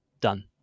done